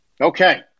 Okay